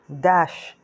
dash